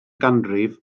ganrif